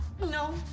No